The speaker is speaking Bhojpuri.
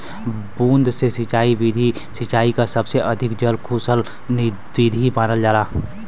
बूंद से सिंचाई विधि सिंचाई क सबसे अधिक जल कुसल विधि मानल जाला